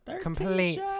complete